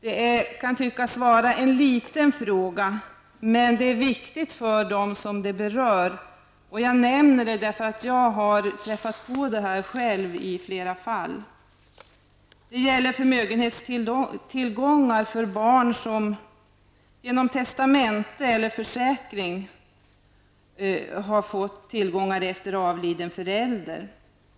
Det kan tyckas vara en liten fråga, men det är viktigt för dem som berörs. Jag nämner detta eftersom jag själv i flera fall har träffat på problemet. Det gäller här förmögenhetstillgångar som barn får genom testamente eller försäkring efter avliden förälder.